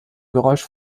geräusch